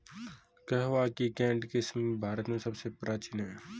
कहवा की केंट किस्म भारत में सबसे प्राचीन है